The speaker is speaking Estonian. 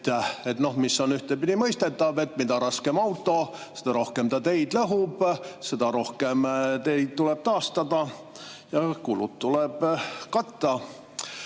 mis on ühtpidi mõistetav. Mida raskem on auto, seda rohkem see teid lõhub, seda rohkem teid tuleb taastada ja kulud tuleb katta.